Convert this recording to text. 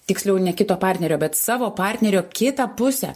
tiksliau ne kito partnerio bet savo partnerio kitą pusę